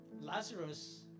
Lazarus